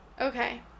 Okay